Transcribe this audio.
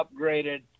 upgraded